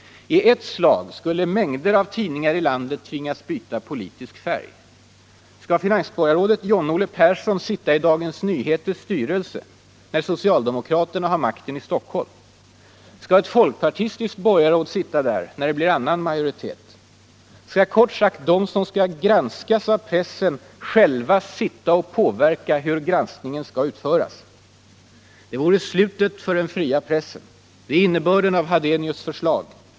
I ett slag skulle mängder av tidningar i landet tvingas byta politisk färg. Skall finansborgarrådet John Olle Persson sitta i Dagens Nyheters styrelse när socialdemokraterna har makten i Stockholm? Skall ett folkpartistiskt borgarråd sitta där när det blir annan majoritet? Bör kort sagt de som skall granskas av pressen själva sitta och påverka hur granskningen skall utföras? Det vore slutet för den fria pressen. Det är dock innebörden av Hadenius förslag.